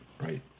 right